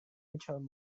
return